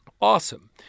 Awesome